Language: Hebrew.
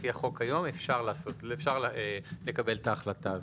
לפי החוק היום אפשר לקבל את ההחלטה הזאת.